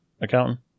accountant